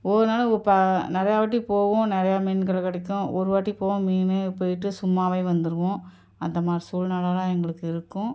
ஒவ்வொரு நாளும் இப்போ நிறையா வாட்டி போவோம் நிறையா மீன்கள் கிடைக்கும் ஒரு வாட்டி போவோம் மீன் போயிட்டு சும்மாவே வந்துடுவோம் அந்த மாதிரி சூழ்நெலலாம் எங்களுக்கு இருக்கும்